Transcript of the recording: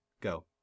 Go